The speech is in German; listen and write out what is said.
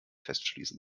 festschließen